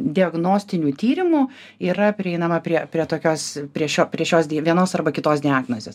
diagnostinių tyrimų yra prieinama prie prie tokios prie šio prie šios vienos arba kitos diagnozės